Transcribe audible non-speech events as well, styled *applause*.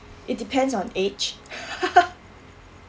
it depends on age *laughs*